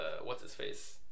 What's-His-Face